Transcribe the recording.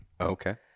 Okay